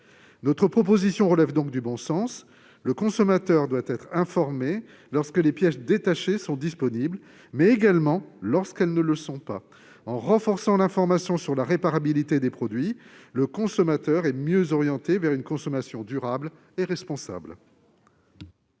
Notre proposition relève donc du bon sens. Le consommateur doit être informé lorsque les pièces détachées sont disponibles, mais également lorsqu'elles ne le sont pas. En renforçant l'information sur la réparabilité des produits, on oriente mieux le consommateur vers une consommation durable et responsable.